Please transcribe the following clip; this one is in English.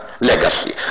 legacy